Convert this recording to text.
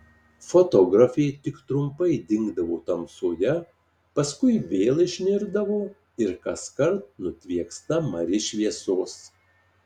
fotografė tik trumpai dingdavo tamsoje paskui vėl išnirdavo ir kaskart nutvieksta mari šviesos